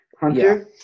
Hunter